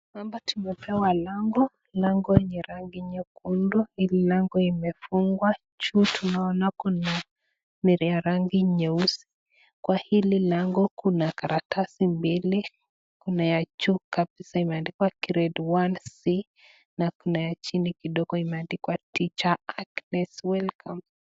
Hapa tumepewa lango. Lango ya rangi nyekundu na hii mlango imefungwa juu niona kuna Mari ya rangi nyeusi Kwa hili lango kuna karatasi mbili Kuna ya juu kabisa imeandikwa grade 1 c na ya chini imeandikwa teacher art welcome .